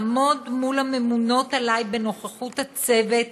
לעמוד מול הממונות עלי בנוכחות הצוות,